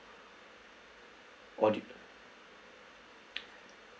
or do y~